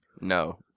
No